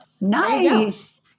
Nice